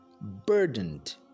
burdened